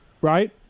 right